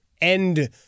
end